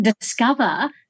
discover